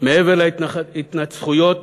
מעבר להתנצחויות